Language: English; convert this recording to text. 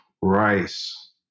rice